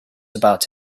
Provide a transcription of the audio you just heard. about